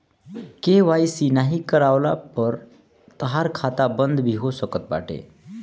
KYC नाइ करववला पअ तोहार खाता बंद भी हो सकत बाटे